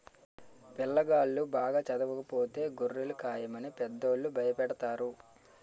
పిల్లాగాళ్ళు బాగా చదవకపోతే గొర్రెలు కాయమని పెద్దోళ్ళు భయపెడతారు